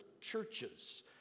churches